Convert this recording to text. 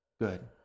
Good